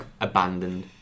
abandoned